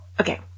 Okay